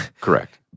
Correct